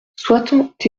soixante